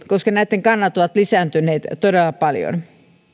koska näitten kannat ovat lisääntyneet todella paljon